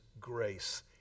grace